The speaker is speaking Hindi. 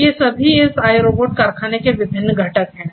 तो ये सभी इस iRobot कारखाने के विभिन्न घटक हैं